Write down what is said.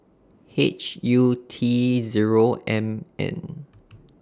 H U T Zero M N